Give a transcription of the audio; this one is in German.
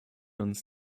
uns